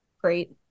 great